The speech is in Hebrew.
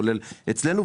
כולל אצלנו,